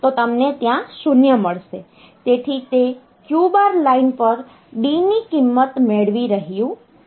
તેથી તે Q bar line પર D ની કિંમત મેળવી રહ્યું છે